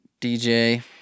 DJ